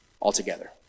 altogether